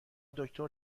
دکتر